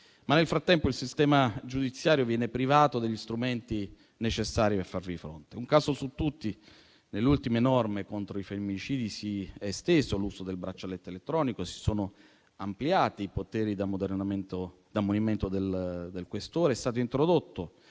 Ma nel frattempo il sistema giudiziario viene privato degli strumenti necessari per farvi fronte. Un caso su tutti: nelle ultime norme contro i femminicidi si è esteso l'uso del braccialetto elettronico e si sono ampliati i poteri di ammonimento del questore ed è stato introdotto